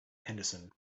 henderson